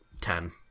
Ten